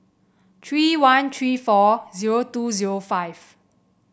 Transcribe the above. three one three four zero two zero five